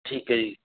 ਠੀਕ ਹੈ ਜੀ